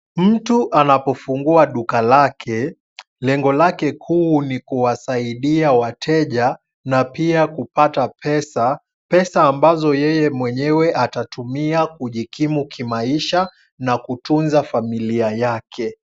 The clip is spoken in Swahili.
Mtu anapofungua duka lake lengo lake kuu ni kuwasaidia wateja na pia kupata pesa ,pesa ambazo yeye mwenyewe atatumia kujikimu kimaisha na kutunza familia yake.